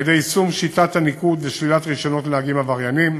על-ידי יישום שיטת הניקוד ושלילת רישיונות לנהגים עבריינים.